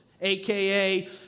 aka